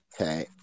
okay